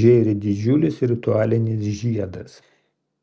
žėri didžiulis ritualinis žiedas